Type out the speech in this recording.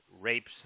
rapes